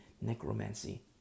necromancy